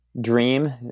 dream